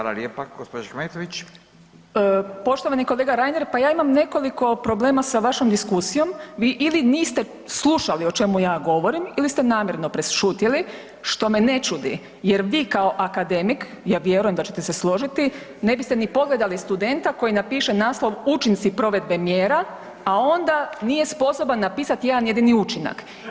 Poštovani kolega Reiner, pa ja imam nekoliko problema sa vašom diskusijom, vi ili niste slušali o čemu ja govorim ili ste namjerno prešutjeli, što me ne čudi jer vi kao akademik, ja vjerujem da ćete se složiti ne biste ni pogledali studenta koji napiše naslov Učinci provedbe mjera, a onda nije sposoban napisati jedan jedini učinak.